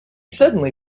suddenly